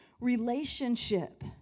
relationship